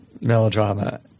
melodrama